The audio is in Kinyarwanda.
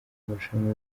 amarushanwa